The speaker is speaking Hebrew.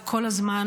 וכל הזמן,